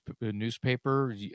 newspaper